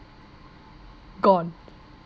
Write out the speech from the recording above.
gone